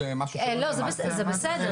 זה בסדר,